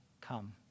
come